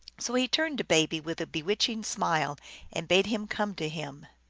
so he turned to baby with a bewitching smile and bade him come to him.